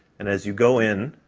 and as you go in,